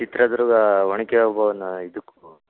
ಚಿತ್ರದುರ್ಗ ಒನಕೆ ಓಬವ್ವನ ಇದಕ್